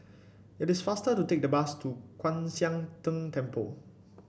it is faster to take the bus to Kwan Siang Tng Temple